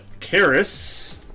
Karis